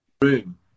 room